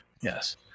yes